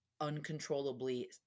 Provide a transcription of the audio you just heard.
Uncontrollably